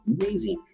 amazing